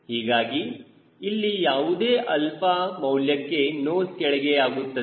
ಹೀಗಾಗಿ ಇಲ್ಲಿ ಯಾವುದೇ ಆಲ್ಫಾ ಮೌಲ್ಯಕ್ಕೆ ನೋಸ್ ಕೆಳಗೆ ಆಗುತ್ತದೆ